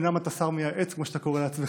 אומנם אתה שר מייעץ כמו שאתה קורא לעצמך,